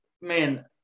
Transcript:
man